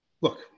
look